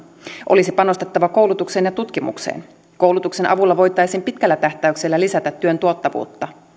olisi panostettava koulutukseen ja tutkimukseen koulutuksen avulla voitaisiin pitkällä tähtäyksellä lisätä työn tuottavuutta